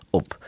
op